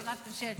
שאלת המשך.